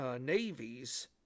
navies